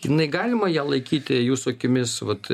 jinai galima ją laikyti jūsų akimis vat